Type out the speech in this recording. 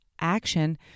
action